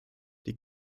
die